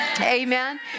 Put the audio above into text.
Amen